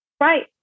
Right